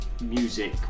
music